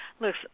look